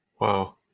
Wow